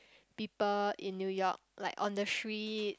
people in New-York like on the street